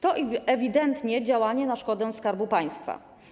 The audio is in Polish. To ewidentnie działanie na szkodę Skarbu Państwa.